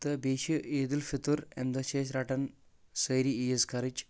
تہٕ بییٚہِ چھِ عید الفطر امہِ دۄہ چھِ أسۍ رٹان سٲری عیٖز خرٕچ